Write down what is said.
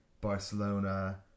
Barcelona